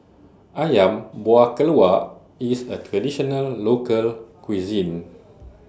Ayam Buah Keluak IS A Traditional Local Cuisine